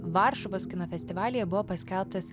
varšuvos kino festivalyje buvo paskelbtas